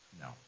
No